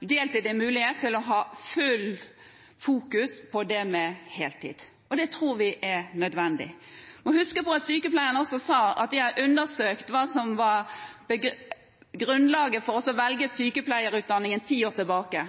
deltid som en mulighet, til å ha fullt fokus på det med heltid. Det tror vi er nødvendig. Vi må huske på at sykepleierne også sa at de har undersøkt hva som var grunnlaget for å velge sykepleierutdanningen ti år tilbake.